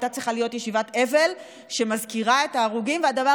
הייתה צריכה להיות ישיבת אבל שמזכירה את ההרוגים והדבר